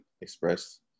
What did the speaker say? express